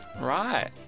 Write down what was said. Right